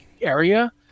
area